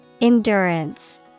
Endurance